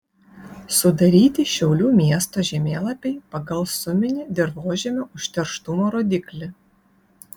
sudaryti šiaulių miesto žemėlapiai pagal suminį dirvožemio užterštumo rodiklį